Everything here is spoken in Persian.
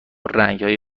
رنگهای